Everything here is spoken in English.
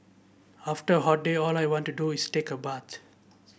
after a hot day all I want to do is take a bath